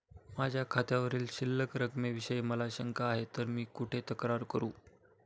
माझ्या खात्यावरील शिल्लक रकमेविषयी मला शंका आहे तर मी कुठे तक्रार करू?